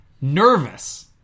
nervous